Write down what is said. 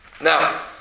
Now